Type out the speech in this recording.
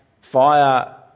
fire